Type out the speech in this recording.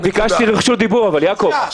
אבל יעקב, אני ביקשתי רשות דיבור.